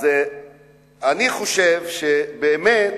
אני חושב שבאמת